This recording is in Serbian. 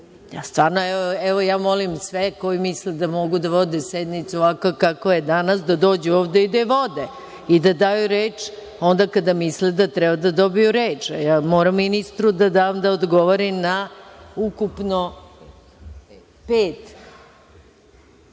da odgovori? Ja molim sve koji misle da mogu da vode sednicu, ovako kako je danas, da dođu ovde i da vode, da daju reč onda kada misle da treba da dobiju reč. Ja moram ministru da dam da odgovori na ukupno pet